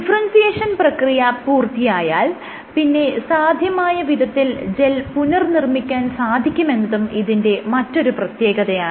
differentiation പ്രക്രിയ പൂർത്തിയായാൽ പിന്നെ സാധ്യമായ വിധത്തിൽ ജെൽ പുനർനിർമ്മിക്കാൻ സാധിക്കുമെന്നതും ഇതിന്റെ ഒരു പ്രത്യേകതയാണ്